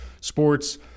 sports